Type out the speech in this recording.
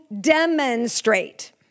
demonstrate